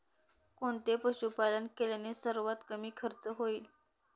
कोणते पशुपालन केल्याने सर्वात कमी खर्च होईल?